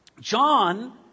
John